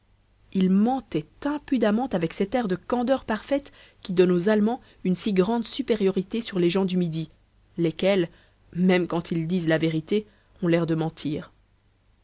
il mentait impudemment avec cet air de candeur parfaite qui donne aux allemands une si grande supériorité sur les gens du midi lesquels même quand ils disent la vérité ont l'air de mentir